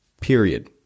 period